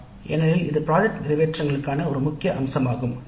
" ஏனெனில் இது திட்டத்தை நிறைவேற்றுவதற்கான ஒரு முக்கிய அம்சமாகும்